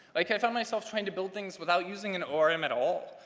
like i find myself trying to build things without using an orem at all.